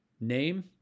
name